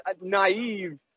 naive